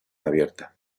abierta